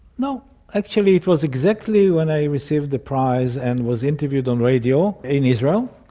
no actually, it was exactly when i received the prize and was interviewed on radio in israel,